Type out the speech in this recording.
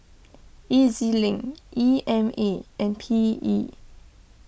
E Z Link E M A and P E